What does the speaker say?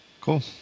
Cool